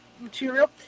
material